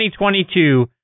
2022